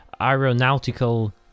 aeronautical